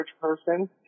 person